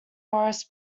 morris